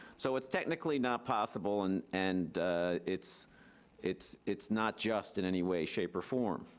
so it's technically not possible and and it's it's it's not just in any way, shape, or form.